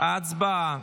הצבעה.